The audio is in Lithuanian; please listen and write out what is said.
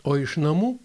o iš namų